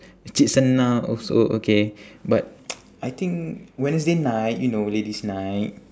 cik senah also okay but I think wednesday night you know ladies night